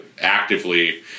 actively